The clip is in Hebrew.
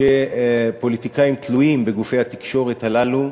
שפוליטיקאים תלויים בגופי התקשורת הללו.